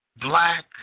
black